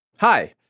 Hi